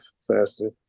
faster